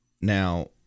now